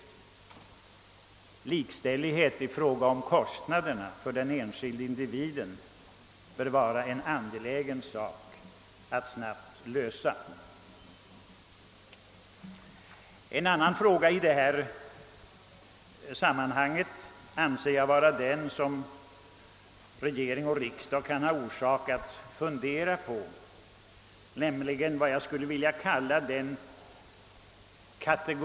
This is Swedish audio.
Det bör vara angeläget att uppnå likställighet för den enskilde individen i fråga om kostnaderna. En annan viktig fråga i detta sammanhang är vad jag skulle vilja kalla kategoriklyvningen — herr Hamrin i Kalmar talade om »meritvärdering» — mellan den slutna och den öppna vårdens läkare.